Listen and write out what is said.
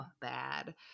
bad